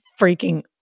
freaking